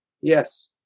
yes